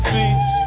See